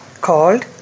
called